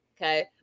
okay